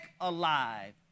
alive